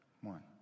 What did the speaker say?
One